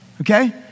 okay